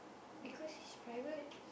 because is private